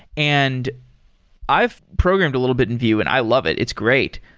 and i've programmed a little bit in vue and i love it. it's great.